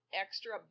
extra